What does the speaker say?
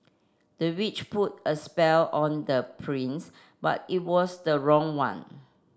the witch put a spell on the prince but it was the wrong one